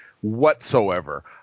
whatsoever